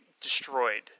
destroyed